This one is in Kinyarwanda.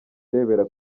arebera